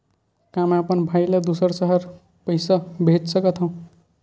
का मैं अपन भाई ल दुसर शहर पईसा भेज सकथव?